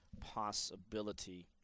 possibility